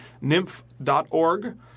nymph.org